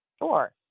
Sure